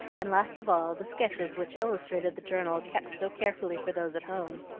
and last of all the sketches which illustrated the journal kept so carefully for those at home.